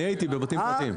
אני הייתי בבתים פרטיים.